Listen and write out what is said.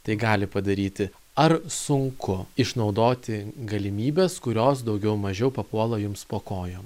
tai gali padaryti ar sunku išnaudoti galimybes kurios daugiau mažiau papuola jums po kojom